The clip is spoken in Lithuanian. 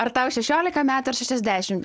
ar tau šešiolika metų ar šešiasdešim